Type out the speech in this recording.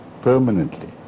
permanently